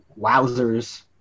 wowzers